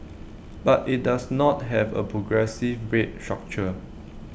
but IT does not have A progressive rate structure